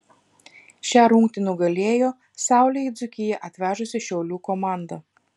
šią rungtį nugalėjo saulę į dzūkiją atvežusi šiaulių komanda